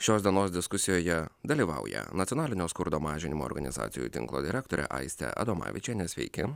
šios dienos diskusijoje dalyvauja nacionalinio skurdo mažinimo organizacijų tinklo direktorė aistė adomavičienė sveiki